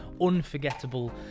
unforgettable